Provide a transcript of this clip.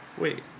Wait